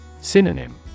Synonym